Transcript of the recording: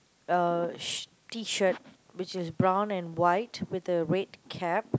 uh sh~ T-shirt which is brown and white with a red cap